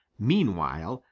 meanwhile,